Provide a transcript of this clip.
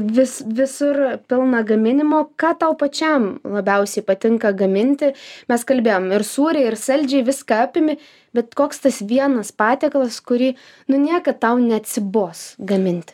vis visur pilna gaminimo ką tau pačiam labiausiai patinka gaminti mes kalbėjom ir sūrį ir saldžiai viską apimi bet koks tas vienas patiekalas kurį nu niekad tau neatsibos gaminti